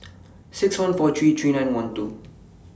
six one four three three nine one two